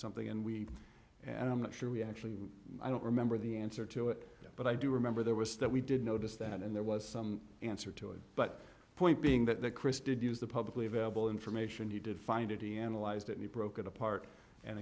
something and we and i'm not sure we actually i don't remember the answer to it but i do remember there was that we did notice that and there was some answer to it but the point being that chris did use the publicly available information he did find it he analyzed it he broke it apart and